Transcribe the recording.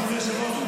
נכון, היושב-ראש?